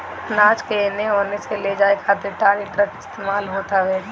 अनाज के एने ओने ले जाए खातिर टाली, ट्रक के इस्तेमाल होत हवे